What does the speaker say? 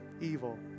evil